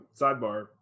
Sidebar